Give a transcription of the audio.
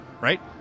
Right